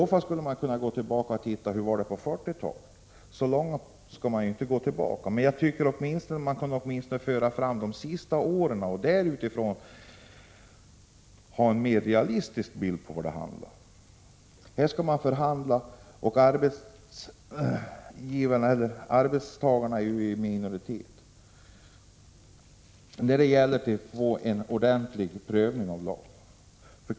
Då skulle man lika gärna kunna se hur det var på 1940-talet, men så långt tillbaka skall man naturligtvis inte gå. Jag tycker att man åtminstone kunde föra fram de senaste åren och utifrån förhållandena då ha en mer realistisk bild av vad det handlar om. Man skall förhandla om detta, och arbetstagarna är i minoritet när det gäller att få en ordentlig prövning av lagen.